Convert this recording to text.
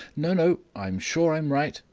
no! no! i'm sure i'm right!